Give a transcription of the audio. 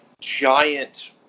giant